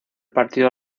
partido